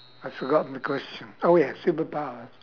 I forgot the question oh yes superpowers